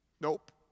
Nope